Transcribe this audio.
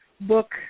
book